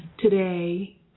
today